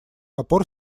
опор